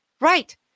Right